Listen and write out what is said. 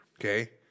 okay